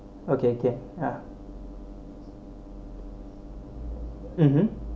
okay okay ya mmhmm